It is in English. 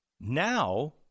Now